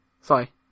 Sorry